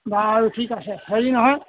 বাৰু ঠিক আছে হেৰি নহয়